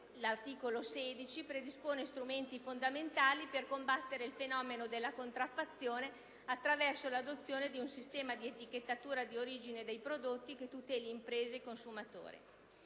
l'articolo 16 predispone strumenti fondamentali per combattere il fenomeno della contraffazione attraverso l'adozione di un sistema di etichettatura di origine dei prodotti che tuteli imprese e consumatori.